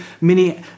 mini